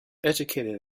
educated